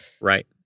Right